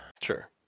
Sure